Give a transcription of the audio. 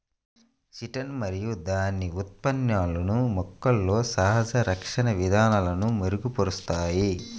chitin మరియు దాని ఉత్పన్నాలు మొక్కలలో సహజ రక్షణ విధానాలను మెరుగుపరుస్తాయి